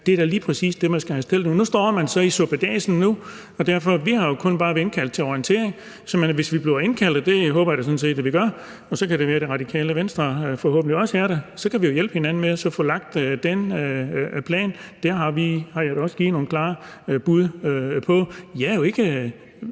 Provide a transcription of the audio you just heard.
dér er da lige præcis det spørgsmål, man skulle have stillet tidligere. Nu står man så i suppedasen nu. Og vi har jo kun været indkaldt til orientering, så hvis vi bliver indkaldt til forhandlinger, og det håber jeg sådan set vi gør – og så kan det være, at Det Radikale Venstre forhåbentlig også er der – så kan vi jo hjælpe hinanden med at få lagt den plan. Den har vi jo også givet nogle klare bud i forhold til. Jeg er jo ikke